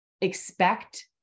expect